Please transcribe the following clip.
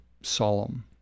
solemn